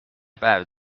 päev